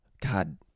God